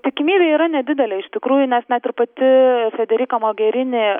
tikimybė yra nedidelė iš tikrųjų nes net ir pati federika mogerini